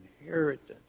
inheritance